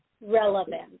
relevant